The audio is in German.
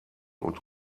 und